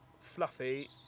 fluffy